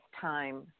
time